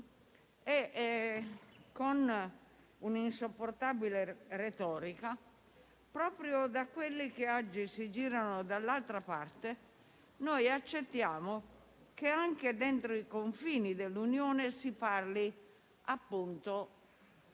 con un'insopportabile retorica, e proprio da quelli che oggi si girano dall'altra parte, accettiamo che anche dentro i confini dell'Unione si parli di